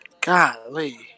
Golly